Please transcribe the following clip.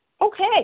Okay